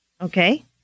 Okay